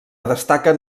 destaquen